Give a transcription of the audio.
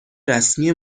رسمی